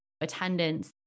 attendance